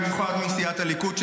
במיוחד מסיעת הליכוד,